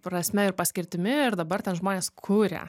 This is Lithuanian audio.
prasme ir paskirtimi ir dabar ten žmonės kuria